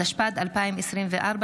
התשפ"ד 2024,